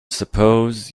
suppose